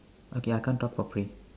okay I can't talk for free